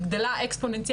רפואה, גורם שני.